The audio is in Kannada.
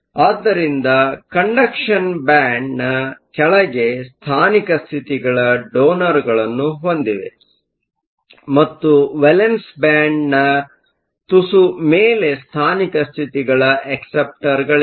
ಆದ್ದರಿಂದ ಕಂಡಕ್ಷನ್ ಬ್ಯಾಂಡ್ನ ಕೆಳಗೆ ಸ್ಥಾನಿಕ ಸ್ಥಿತಿಗಳ ಡೋನರ್ಗಳನ್ನು ಹೊಂದಿವೆ ಮತ್ತು ವೇಲೆನ್ಸ್ ಬ್ಯಾಂಡ್ನ ತುಸು ಮೇಲೆ ಸ್ಥಾನಿಕ ಸ್ಥಿತಿಗಳ ಅಕ್ಸೆಪ್ಟರ್Acceptorಗಳಿವೆ